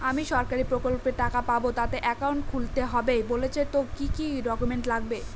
আমি সরকারি প্রকল্পের টাকা পাবো তাতে একাউন্ট খুলতে হবে বলছে তো কি কী ডকুমেন্ট লাগবে?